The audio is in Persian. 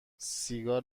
سیگار